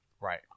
Right